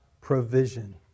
provision